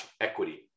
equity